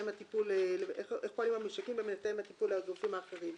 איך פועלים הממשקים בין מתאם הטיפול לגופים האחרים,